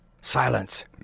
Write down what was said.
Silence